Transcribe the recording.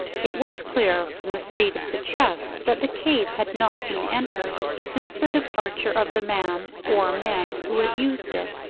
it was clear, from the state of the chest, that the cave had not been entered since the departure of the man or men who had used it.